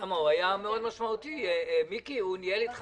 הוא נמצא